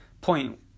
point